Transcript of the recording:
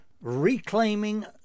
Reclaiming